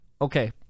Okay